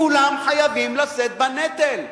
כולם חייבים לשאת בנטל: